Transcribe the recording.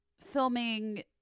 filming